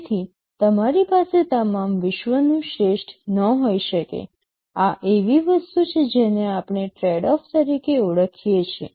તેથી તમારી પાસે તમામ વિશ્વનું શ્રેષ્ઠ ન હોઈ શકે આ એવી વસ્તુ છે જેને આપણે ટ્રેડઓફ તરીકે ઓળખીએ છીએ